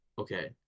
Okay